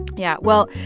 yeah. well,